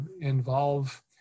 involve